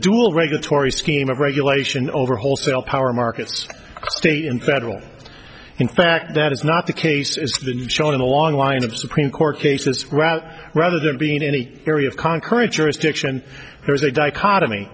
dual regulatory scheme of regulation over wholesale power markets state and federal in fact that is not the case is that shown in a long line of supreme court case this route rather than being any area of concrete jurisdiction there is a dichotomy